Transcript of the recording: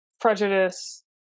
prejudice